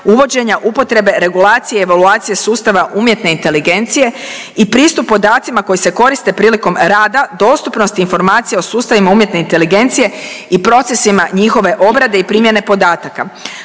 uvođenja upotrebe regulacije i evaluacije sustava umjetne inteligencije i pristup podacima koji se koriste prilikom rada, dostupnost informacija o sustavima umjetne inteligencije i procesima njihove obrade i primjene podataka,